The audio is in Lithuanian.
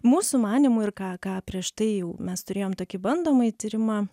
mūsų manymu ir ką ką prieš tai jau mes turėjom tokį bandomąjį tyrimą